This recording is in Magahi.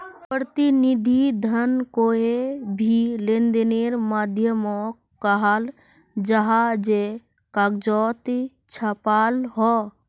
प्रतिनिधि धन कोए भी लेंदेनेर माध्यामोक कहाल जाहा जे कगजोत छापाल हो